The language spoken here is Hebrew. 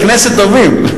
יש בתי-כנסת טובים.